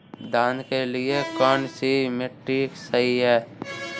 धान के लिए कौन सी मिट्टी सही है?